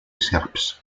serps